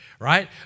Right